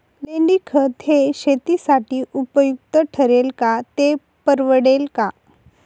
लेंडीखत हे शेतीसाठी उपयुक्त ठरेल का, ते परवडेल का?